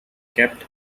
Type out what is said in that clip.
kept